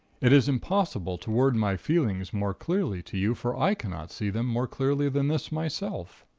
it is impossible to word my feelings more clearly to you, for i cannot see them more clearly than this, myself.